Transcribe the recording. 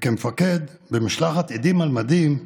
כמפקד במשלחת "עדים על מדים",